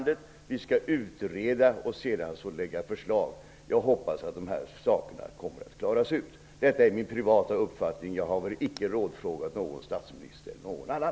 Det skall utredas och framläggas förslag. Jag hoppas att dessa saker kommer att klaras ut. Det är min privata uppfattning. Jag har inte rådfrågat vare sig statsministern eller någon annan.